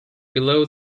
below